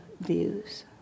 views